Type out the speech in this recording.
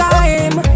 time